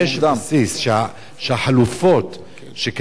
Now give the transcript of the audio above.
מרבית המטפלים והמטופלים לא היו ערים דיים לכך שהחלפת התכשיר